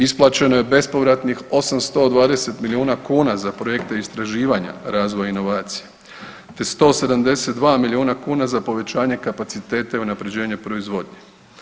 Isplaćeno je bespovratnih 820 milijuna kuna za projekte istraživanja razvoja inovacija te 172 milijuna kuna za povećanje kapaciteta i unaprjeđenje proizvodnje.